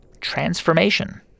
transformation